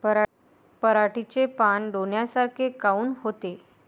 पराटीचे पानं डोन्यासारखे काऊन होते?